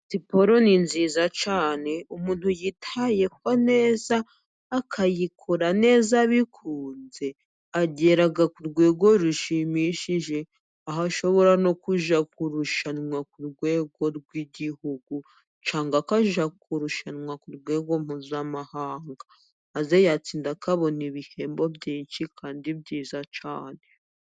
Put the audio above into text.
Siporo ni nziza cyane, umuntu uyitayeho neza akayikora neza abikunze agera ku rwego rushimishije. Aho ashobora no kujya kurushanwa ku rwego rw'igihugu, cyangwa akajya kurushanwa ku rwego mpuzamahanga. Maze yatsinda akabona ibihembo kandi byiza cyane.